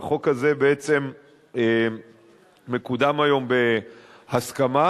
והחוק הזה בעצם מקודם היום בהסכמה.